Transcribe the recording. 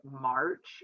March